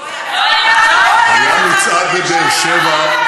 לא היה מצעד,